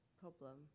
Problem